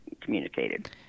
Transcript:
communicated